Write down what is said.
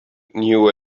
knew